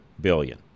billion